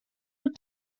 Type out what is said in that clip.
were